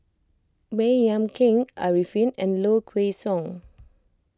Baey Yam Keng Arifin and Low Kway Song